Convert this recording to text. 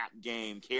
game